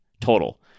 total